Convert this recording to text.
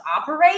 operate